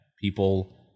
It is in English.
people